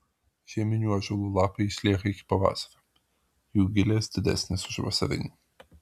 žieminių ąžuolų lapai išlieka iki pavasario jų gilės didesnės už vasarinių